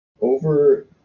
over